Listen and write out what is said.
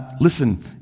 listen